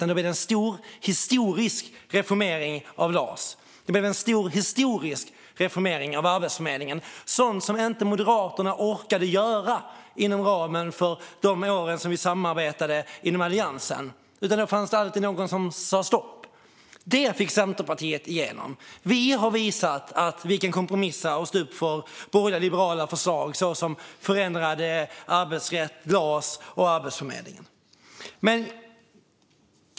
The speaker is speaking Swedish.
Då blev det en stor, historisk reformering av LAS, och det blev en stor, historisk reformering av Arbetsförmedlingen - sådant som Moderaterna inte orkade göra under de år vi samarbetade inom Alliansen. Då fanns det alltid någon som sa stopp. Men det fick Centerpartiet igenom. Vi har visat att vi kan kompromissa och stå upp för borgerliga liberala förslag såsom förändrad arbetsrätt, LAS och Arbetsförmedlingen.